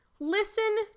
listen